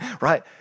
right